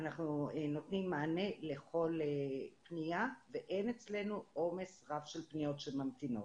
אנחנו נותנים מענה לכל פנייה ואין אצלנו עומס רב של פניות שממתינות.